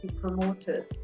promoters